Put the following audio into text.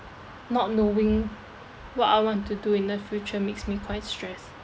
not knowing what I want to do in the future makes me quite stressed